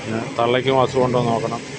തള്ളയ്ക്കും അസുഖം ഉണ്ടോ എന്ന് നോക്കണം